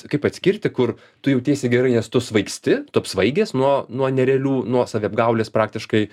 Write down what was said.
tai kaip atskirti kur tu jautiesi gerai nes tu svaigsti tu apsvaigęs nuo nuo nerealių nuo saviapgaulės praktiškai